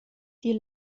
die